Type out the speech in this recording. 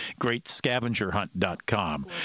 greatscavengerhunt.com